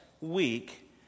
week